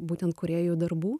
būtent kūrėjų darbų